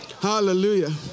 Hallelujah